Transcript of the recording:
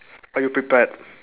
are you prepared